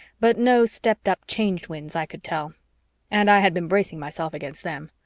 but no stepped-up change winds i could tell and i had been bracing myself against them.